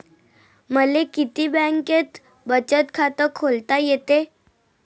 मले किती बँकेत बचत खात खोलता येते?